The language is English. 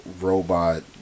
robot